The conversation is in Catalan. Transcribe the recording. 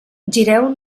gireu